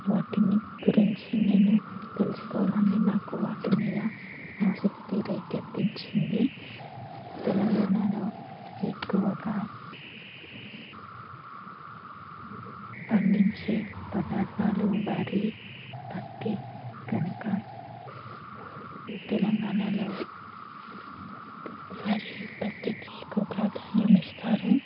వాటిని గురించి నేను తెలుసుకోవాలని నాకు వాటి మీద ఆసక్తి రేకెత్తించింది తెలంగాణలో ఎక్కువగా పండించే పదార్థాలు వరి పత్తి కనుక తెలంగాణలో వరి పత్తికి ఎక్కువ ప్రాధాన్యం ఇస్తారు